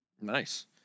Nice